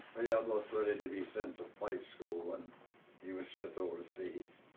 almost ready to be sent to flight school when he was sent overseas.